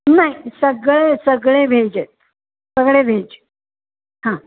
नाही सगळे सगळे व्हेज आहेत सगळे व्हेज हां